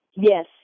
Yes